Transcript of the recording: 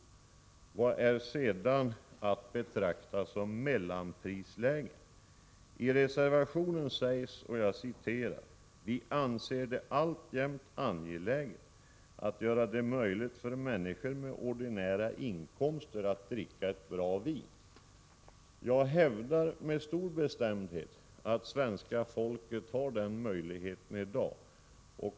Vad är sedan mellanprislägen? I reservation 4 heter det bl.a.: ”Vi anser det alltjämt angeläget att göra det möjligt för människor med ordinära inkomster att dricka ett bra vin.” Jag hävdar med stor bestämdhet att svenska folket har den möjligheten i dag.